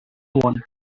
one